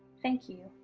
thank you,